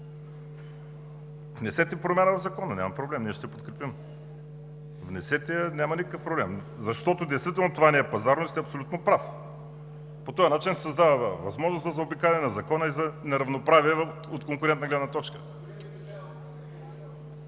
внесете промяна в Закона. Няма проблем, ние ще я подкрепим, внесете я. Няма никакъв проблем, защото това действително не е пазарно и сте абсолютно прав. По този начин се създава възможност за заобикаляне на Закона и за неравноправие от конкурентна гледна точка.